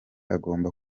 agomba